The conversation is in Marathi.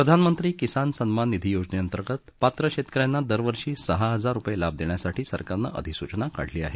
प्रधानमंत्री किसान सम्मान निधी योजनेअंतर्गत पात्र शेतकऱ्यांना दर वर्षी सहा हजार रुपये लाभ देण्यासाठी सरकारनं अधिसूचना काढली आहे